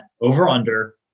Over-under